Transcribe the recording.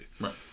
Right